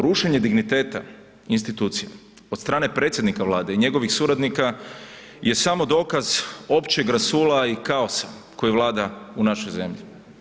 Rušenje digniteta institucija od strane predsjednika Vlade i njegovih suradnika je samo dokaz općeg rasula i kaosa koji vlada u našoj zemlji.